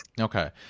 Okay